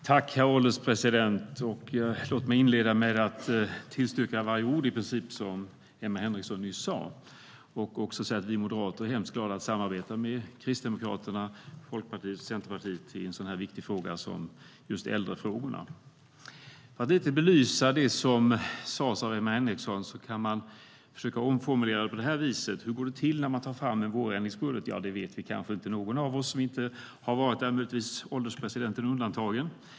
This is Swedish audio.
Herr ålderspresident! Låt mig inleda med att i princip instämma i varje ord som Emma Henriksson nyss sa och även säga att vi moderater är hemskt glada att samarbeta med Kristdemokraterna, Folkpartiet och Centerpartiet i sådana viktiga frågor som just äldrefrågorna. Hur går det till när man tar fram en vårändringsbudget? Det vet kanske inte någon av oss om vi inte har varit med - ålderspresidenten möjligtvis undantagen.